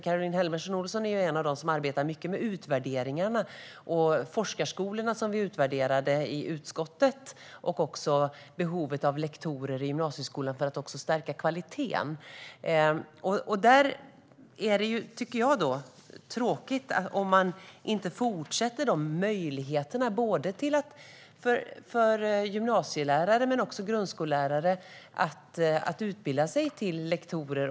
Caroline Helmersson Olsson är ju en av dem som arbetar mycket med utvärderingarna, forskarskolorna, som vi utvärderade i utskottet, och också behovet av lektorer i gymnasieskolan för att stärka kvaliteten. Det är, tycker jag, tråkigt om man inte ger fortsatta möjligheter för både gymnasielärare och grundskollärare att utbilda sig till lektorer.